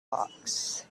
box